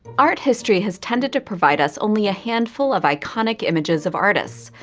art history has tended to provide us only a handful of iconic images of artists,